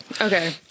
Okay